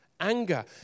Anger